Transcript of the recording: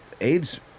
AIDS